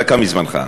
דקה מזמנך.